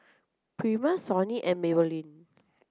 Prima Sony and Maybelline